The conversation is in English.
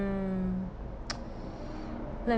um let